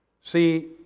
see